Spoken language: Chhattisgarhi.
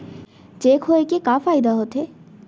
चेक होए के का फाइदा होथे?